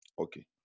Okay